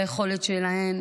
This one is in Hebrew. ביכולת שלהן